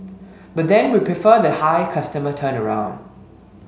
but then we prefer the high customer turnaround